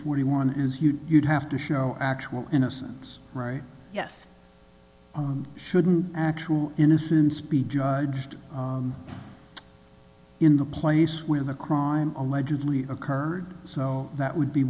forty one is you'd have to show actual innocence right yes shouldn't actual innocence be used in the place where the crime allegedly occurred so that would be